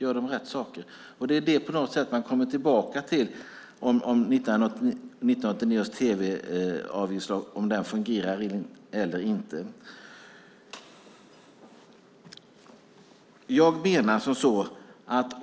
Man kommer alltså tillbaka till om 1989 års tv-avgiftslag fungerar eller inte.